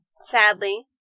sadly